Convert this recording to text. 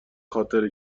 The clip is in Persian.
خاطر